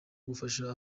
gufasha